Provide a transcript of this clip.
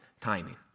timing